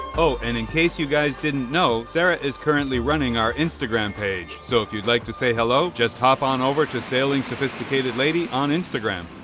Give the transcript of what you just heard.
oh and in case you guys didn't know sarah is currently running our instagram page so if you'd like to say hello just hop on over to sailing sophisticated lady on instagram